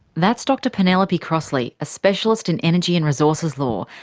that's dr penelope crossley, a specialist in energy and resources law,